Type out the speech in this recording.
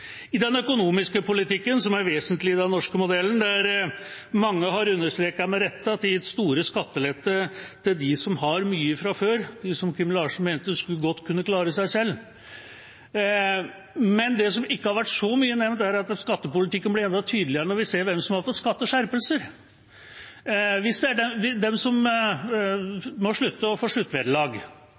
i den økonomiske politikken, som er vesentlig i den norske modellen, der mange har understreket, med rette, at det er gitt store skatteletter til dem som har mye fra før, de som Kim Larsen mente «sgu nok» kunne klare seg selv. Men det som ikke har vært så mye nevnt, er at skattepolitikken blir enda tydeligere når vi ser hvem som har fått skatteskjerpelser: de som må slutte og får sluttvederlag,